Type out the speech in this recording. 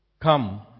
Come